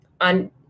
on